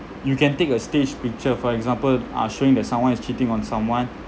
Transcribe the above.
you can take a staged picture for example uh showing that someone is cheating on someone